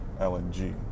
LNG